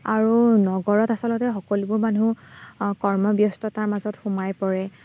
আৰু নগৰত আচলতে সকলোবোৰ মানুহ কৰ্মব্যস্ততাৰ মাজত সোমাই পৰে